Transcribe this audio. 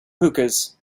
hookahs